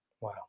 Wow